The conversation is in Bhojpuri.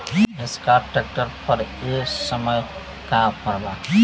एस्कार्ट ट्रैक्टर पर ए समय का ऑफ़र बा?